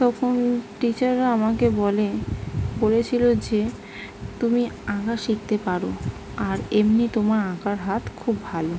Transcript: তখন টিচাররা আমাকে বলে বলেছিলো যে তুমি আঁকা শিখতে পারো আর এমনি তোমার আঁকার হাত খুব ভালো